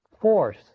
force